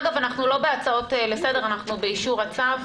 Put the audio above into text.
אגב, אנחנו לא בהצעות לסדר, אנחנו באישור הצו,